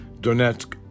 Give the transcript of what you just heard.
Donetsk